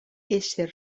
ésser